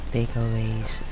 Takeaways